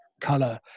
color